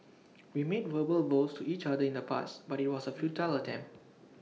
we made verbal vows to each other in the past but IT was A futile attempt